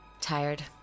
Tired